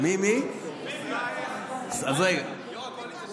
ואופיר כץ.